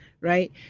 right